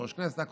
יושב-ראש כנסת,